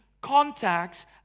contacts